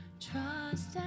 trust